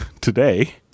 today